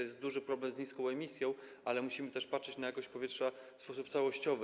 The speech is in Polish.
Jest duży problem z niską emisją, ale musimy też patrzeć na jakość powietrza w sposób całościowy.